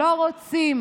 שלא רוצים